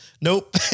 nope